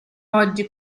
oggi